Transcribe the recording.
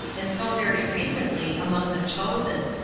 and so very recently among the chosen.